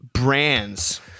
brands